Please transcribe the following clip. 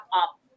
up